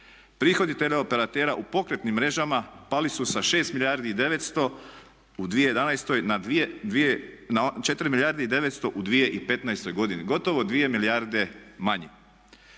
Prihodi teleoperatera u pokretnim mrežama pali su sa 6 milijardi i 900 u 2011.na 4 milijarde i 900 u 2015.godini gotovo 2 milijarde manje.